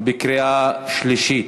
בקריאה שלישית.